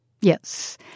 Yes